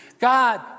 God